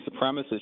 supremacists